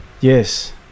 Yes